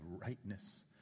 rightness